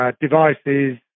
devices